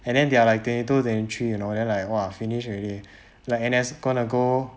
and then they are like twenty two twenty three you know then like !wah! finish already like N_S going to go